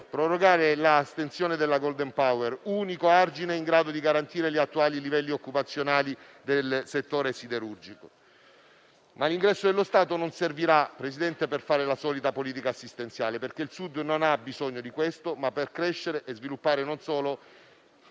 prorogare l'estensione del *golden power*, unico argine in grado di garantire gli attuali livelli occupazionali del settore siderurgico. Signor Presidente, l'ingresso dello Stato non servirà per fare la solita politica assistenziale, perché il Sud non ha bisogno di questo, ma per far crescere e sviluppare non solo